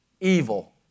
evil